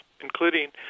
including